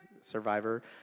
survivor